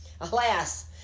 Alas